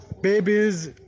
babies